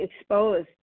exposed